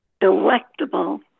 delectable